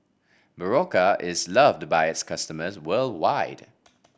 Berocca is loved by its customers worldwide